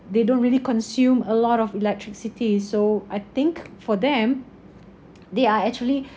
they don't really consume a lot of electricity so I think for them they are actually